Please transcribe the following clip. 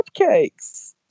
cupcakes